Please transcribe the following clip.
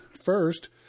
first